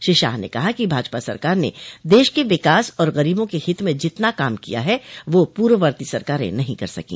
श्री शाह ने कहा कि भाजपा सरकार ने देश के विकास और ग़रीबों के हित में जितना काम किया है वह पूर्ववर्ती सरकारे नहीं कर सको